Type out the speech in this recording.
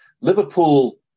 Liverpool